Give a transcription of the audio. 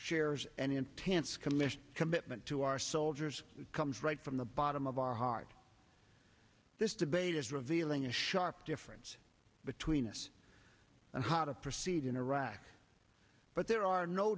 intense commission commitment to our soldiers comes right from the bottom of our heart this debate is revealing a sharp difference between us on how to proceed in iraq but there are no